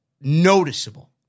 noticeable